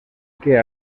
que